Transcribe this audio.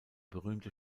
berühmte